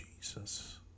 jesus